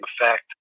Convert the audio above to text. effect